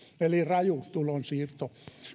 eli raju tulonsiirto